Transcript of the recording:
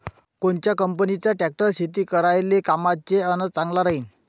कोनच्या कंपनीचा ट्रॅक्टर शेती करायले कामाचे अन चांगला राहीनं?